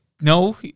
no